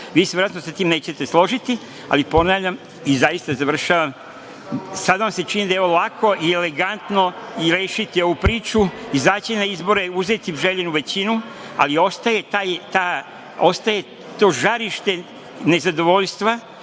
se verovatno sa tim nećete složiti, ali ponavljam i zaista završavam, sada vam se čini da je ovo lako i elegantno rešiti ovu priču, izaći na izbore, uzeti željenu većinu, ali ostaje to žarište nezadovoljstva